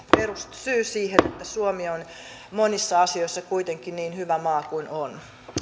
syy siihen että suomi on monissa asioissa kuitenkin niin hyvä maa kuin on